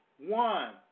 one